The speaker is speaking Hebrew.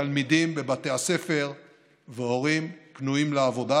תלמידים בבתי הספר והורים פנויים לעבודה.